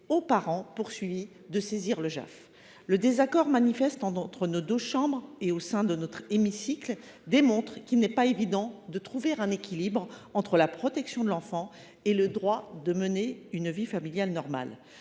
au parent poursuivi de saisir le JAF. Les désaccords manifestes entre nos deux chambres et dans notre hémicycle le prouvent : il n’est pas évident de trouver un équilibre entre la protection de l’enfant et le droit de mener une vie familiale normale.